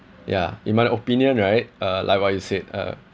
ya in my opinion right uh like what you said uh